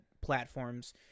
platforms